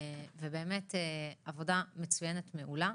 עבודה מצוינת, מעולה.